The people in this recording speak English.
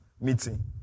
meeting